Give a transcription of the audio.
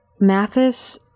Mathis